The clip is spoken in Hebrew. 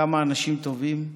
כמה אנשים טובים,